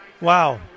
Wow